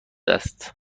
است